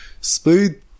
speed